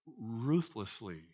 ruthlessly